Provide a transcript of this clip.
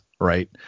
right